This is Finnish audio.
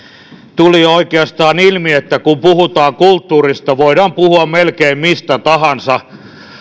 tuli oikeastaan ilmi että kun puhutaan kulttuurista voidaan puhua melkein mistä tahansa